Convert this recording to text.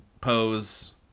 pose